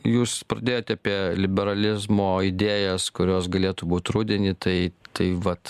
jūs pradėjot apie liberalizmo idėjas kurios galėtų būt rudenį tai tai vat